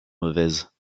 mauvaise